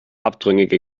abtrünnige